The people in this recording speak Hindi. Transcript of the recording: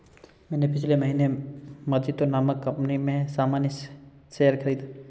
मैंने पिछले महीने मजीतो नामक कंपनी में सामान्य शेयर खरीदा